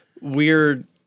weird